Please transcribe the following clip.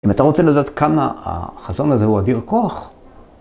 ‫אם אתה רוצה לדעת כמה ‫החזון הזה הוא אדיר כוח...